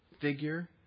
figure